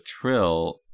Trill